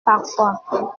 parfois